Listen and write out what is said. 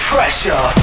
Pressure